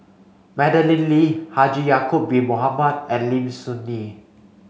Madeleine Lee Haji Ya'acob bin Mohamed and Lim Soo Ngee